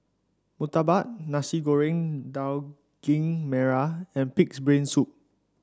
murtabak Nasi Goreng Daging Merah and pig's brain soup